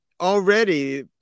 Already